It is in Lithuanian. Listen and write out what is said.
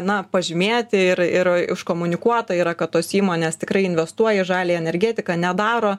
na pažymėti ir ir iškomunikuota yra kad tos įmonės tikrai investuoja į žaliąją energetiką nedaro